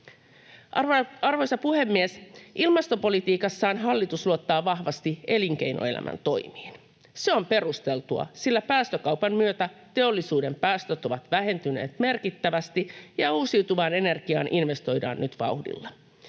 Arvoisa puhemies! Ilmastopolitiikassaan hallitus luottaa vahvasti elinkeinoelämän toimiin. Se on perusteltua, sillä päästökaupan myötä teollisuuden päästöt ovat vähentyneet merkittävästi ja uusiutuvaan energiaan investoidaan nyt vauhdilla.